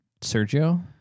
Sergio